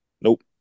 Nope